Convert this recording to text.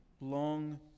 long